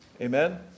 Amen